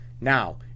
Now